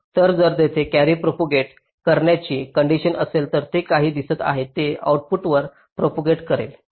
तर जर तेथे कॅरी प्रोपागंट करण्याची कंडिशन असेल तर जे काही दिसत आहे ते आउटपुटवर प्रोपागंट करेल